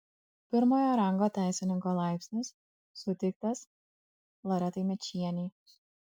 pirmojo rango teisininko laipsnis suteiktas loretai mėčienei